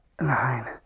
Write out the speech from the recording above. nine